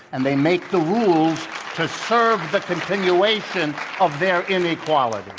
and they make the rules to serve the continuation of their inequality.